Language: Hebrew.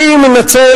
אני מנצל,